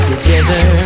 together